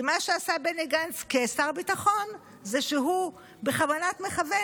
כי מה שעשה בני גנץ כשר ביטחון זה שהוא בכוונת מכוון